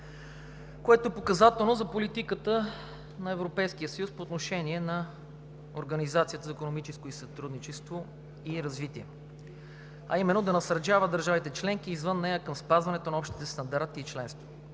което е показателно за политиката на Европейския съюз по отношение на Организацията за икономическо сътрудничество и развитие, а именно да насърчава държавите членки и извън нея към спазването на общите стандарти и членство.